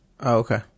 Okay